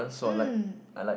mm